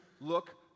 look